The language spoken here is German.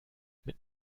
mit